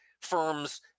firms